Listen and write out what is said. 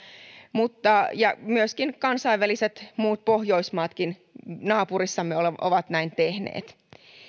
mutta myöskin muut pohjoismaat naapurissamme ovat näin tehneet